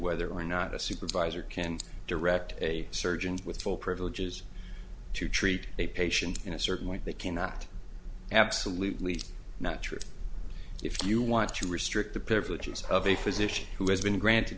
whether or not a supervisor can direct a surgeon with full privileges to treat a patient in a certain way they cannot absolutely natural if you want to restrict the privileges of a physician who has been granted